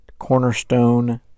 cornerstone